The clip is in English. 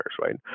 right